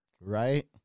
right